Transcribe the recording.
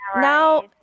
Now